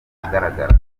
ahagaragara